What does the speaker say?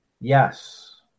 Yes